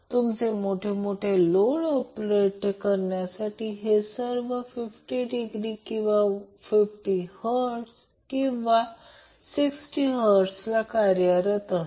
तर काही वैशिष्ट्यपूर्ण उदाहरणे जी आपण पाहिली त्या नंतर अगदी सोपी गोष्ट म्हणजे आपण पाहिलेल्या DC सर्किटसाठी मॅक्झिमम पॉवर ट्रान्सफर थेरम आहे